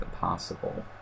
possible